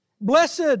Blessed